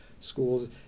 schools